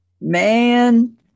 Man